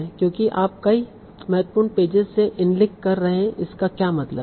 क्योंकि आप कई महत्वपूर्ण पेजस से इनलिंक कर रहे हैं इसका क्या मतलब है